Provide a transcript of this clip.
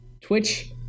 Twitch